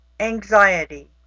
anxiety